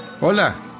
Hola